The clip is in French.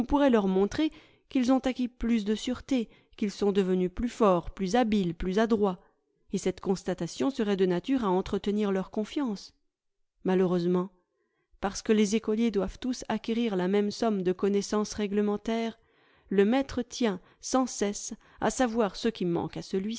pourrait leur montrer qu'ils ont acquis plus de sûreté qu'ils sont devenus plus forts plus habiles plus adroits et cette constatation serait de nature à entretenir leur confiance malheureusement parce que les écoliers doivent tous acquérir la même somme de connaissances réglementaires le maître tient sans cesse à savoir ce qui manque à celui-ci